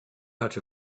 out